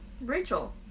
Rachel